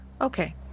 Okay